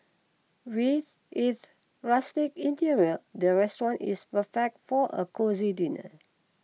with its rustic interior the restaurant is perfect for a cosy dinner